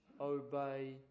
obey